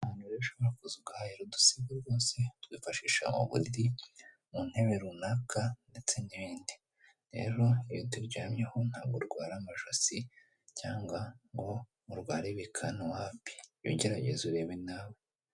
Abantu benshi bashobora kuvukahira udusigo rwose twifashisha ubudi mu ntebe runaka ndetse n'ibindi rero iyo turyamyeho nta gurwara amajosi cyangwa ngo urware ibikanu hafi ugerageza urebe nawe.